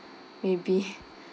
maybe